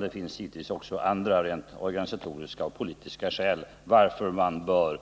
Det finns givetvis också andra rent organisatoriska och politiska skäl varför man bör